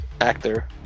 actor